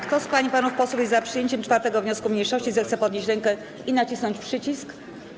Kto z pań i panów posłów jest za przyjęciem 4. wniosku mniejszości, zechce podnieść rękę i nacisnąć przycisk.